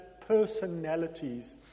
personalities